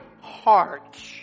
heart